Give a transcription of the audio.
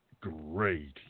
great